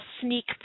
sneak